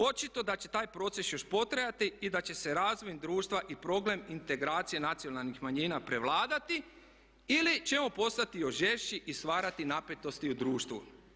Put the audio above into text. Očito da će taj proces još potrajati i da će se razvojem društva i problem integracije nacionalnih manjina prevladati ili ćemo postati još žešći i stvarati napetosti u društvu.